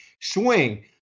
swing